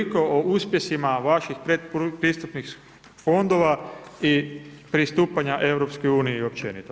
Toliko o uspjesima vaših predpristupnih fondova i pristupanja EU općenito.